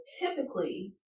typically